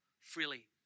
freely